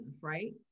right